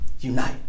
Unite